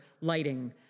lighting